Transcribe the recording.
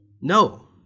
No